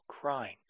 crying